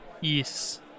Yes